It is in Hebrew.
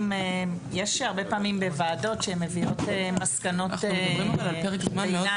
יש הרבה פעמים בוועדות שהן מביאות מסקנות ביניים.